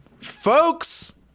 folks